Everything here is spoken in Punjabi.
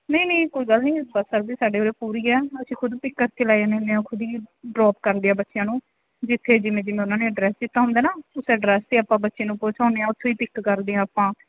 ਨਹੀਂ ਨਹੀਂ ਕੋਈ ਗੱਲ ਨਹੀਂ ਸਰਵਿਸ ਸਾਡੇ ਵਲੋਂ ਪੂਰੀ ਹੈ ਅਸੀਂ ਖੁਦ ਪਿੱਕ ਕਰਕੇ ਲੈ ਜਾਂਦੇ ਹੁੰਦੇ ਹਾਂ ਖੁਦ ਹੀ ਡ੍ਰੌਪ ਕਰਦੇ ਹਾਂ ਬੱਚਿਆਂ ਨੂੰ ਜਿੱਥੇ ਜਿਵੇਂ ਜਿਵੇਂ ਉਹਨਾਂ ਨੇ ਅਡਰੈੱਸ ਦਿੱਤਾ ਹੁੰਦਾ ਨਾ ਉਸ ਅਡਰੈੱਸ 'ਤੇ ਆਪਾਂ ਬੱਚੇ ਨੂੰ ਪਹੁੰਚਾਉਂਦੇ ਹਾਂ ਉਥੋਂ ਹੀ ਪਿੱਕ ਕਰਦੇ ਹਾਂ ਆਪਾਂ